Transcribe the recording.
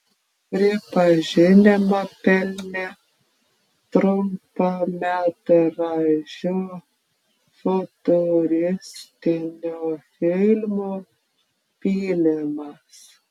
pripažinimą pelnė trumpametražiu futuristiniu filmu pylimas